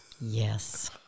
Yes